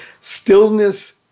stillness